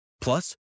Plus